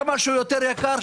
כמה שהוא יותר יקר,